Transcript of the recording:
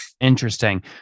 Interesting